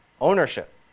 ownership